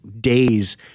days